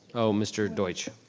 oh, mr. deutsch.